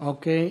במליאה, אוקיי.